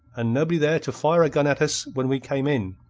and nobody there to fire a gun at us when we came in.